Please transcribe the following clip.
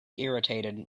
irritated